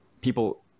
people